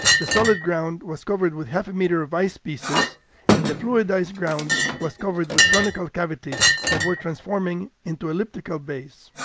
the solid ground was covered with half a meter of ice pieces and the fluidized ground was covered with conical cavities that were transforming into elliptical bays.